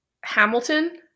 Hamilton